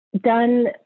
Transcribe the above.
done